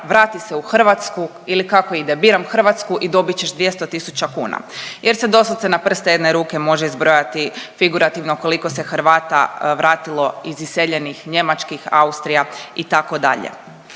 vrati se u Hrvatsku, ili kako ide, biram Hrvatsku i dobit ćeš 200 tisuća kuna jer se doslovce na prste jedne ruke može izbrojati figurativno koliko se Hrvata vratilo iz iseljenih njemačkih, Austrija, itd.